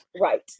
right